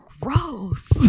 Gross